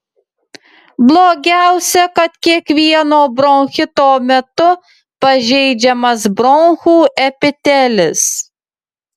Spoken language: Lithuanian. blogiausia kad kiekvieno bronchito metu pažeidžiamas bronchų epitelis